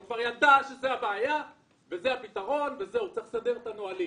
הוא כבר ידע שזו הבעיה וזה הפתרון וצריך לסדר את הנהלים.